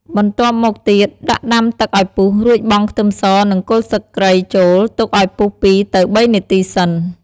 បន្ទាប់មកទៀត ដាក់ដាំទឹកអោយពុះ រួចបង់ខ្ទឹមស និងគល់ស្លឹកគ្រៃចូល ទុកឱ្យពុះ២ទៅ៣នាទីសិន។